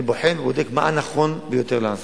אני בוחן ובודק מה נכון ביותר לעשות.